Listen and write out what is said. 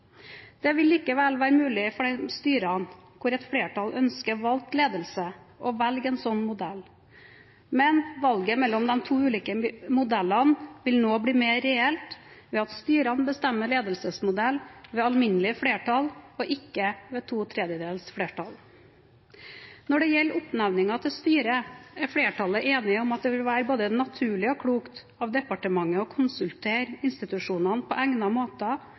Det vil likevel være mulig for de styrene hvor et flertall ønsker valgt ledelse, å velge en slik modell, men valget mellom de to ulike modellene vil nå bli mer reelt ved at styrene bestemmer ledelsesmodell ved alminnelig flertall og ikke ved to tredjedels flertall. Når det gjelder oppnevningen til styret, er flertallet enige om at det vil være både naturlig og klokt av departementet å konsultere institusjonene på egnet måte